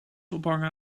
ophangen